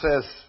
says